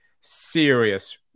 serious